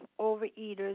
overeaters